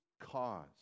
cause